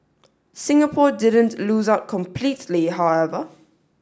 Singapore didn't lose out completely however